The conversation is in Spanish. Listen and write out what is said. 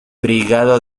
brigada